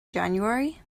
january